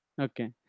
Okay